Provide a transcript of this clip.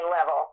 level